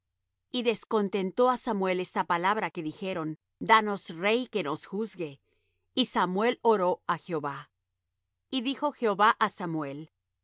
y descontentó á samuel esta palabra que dijeron danos rey que nos juzgue y samuel oró á jehová y dijo jehová á samuel